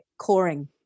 coring